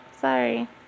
Sorry